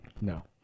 no